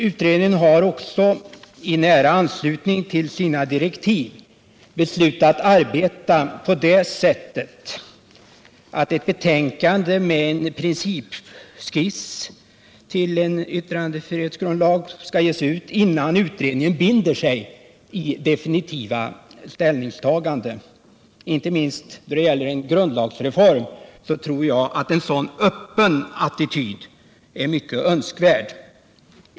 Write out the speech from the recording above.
Utredningen har också i nära anslutning till sina direktiv beslutat arbeta på så sätt att ett betänkande med en principskiss skall ges ut, innan utredningen binder sig i definitiva ställningstaganden. Inte minst då det gäller en grundlagsreform tror jag att en sådan öppen attityd är mycket önskvärd.